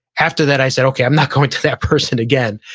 after that i said, okay, i'm not going to that person again.